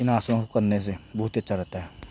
इन आसनों को करने से बहुत ही अच्छा रहता है